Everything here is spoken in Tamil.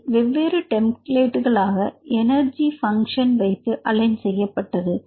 அதை வெவ்வேறு டெம்ப்ளேட்களோடு எனர்ஜி பங்க்ஷன் வைத்து அலைன் செய்யப்பட்டது